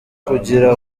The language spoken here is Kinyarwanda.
kugira